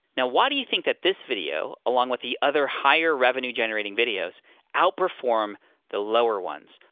now, why do you think that this video, along with the other higher revenue-generating videos outperform the lower ones?